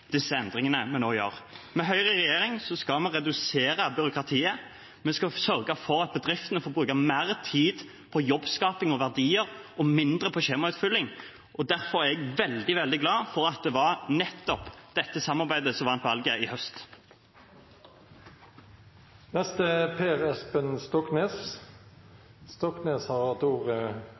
disse endringene vi nå gjør. Med Høyre i regjering skal vi redusere byråkratiet, vi skal sørge for at bedriftene får bruke mer tid på jobbskaping og verdier og mindre på skjemautfylling. Derfor er jeg veldig, veldig glad for at det var nettopp dette samarbeidet som vant valget i høst. Representanten Per Espen Stoknes har hatt ordet